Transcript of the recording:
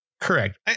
Correct